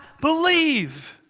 believe